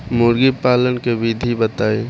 मुर्गी पालन के विधि बताई?